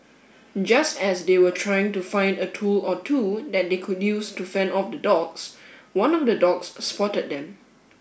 just as they were trying to find a tool or two that they could use to fend off the dogs one of the dogs spotted them